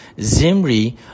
Zimri